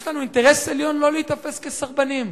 יש לנו אינטרס עליון לא להיתפס כסרבנים,